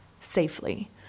safely